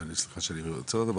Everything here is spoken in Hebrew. סליחה שאני עוצר אותך,